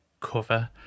cover